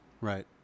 Right